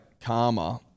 Karma